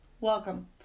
Welcome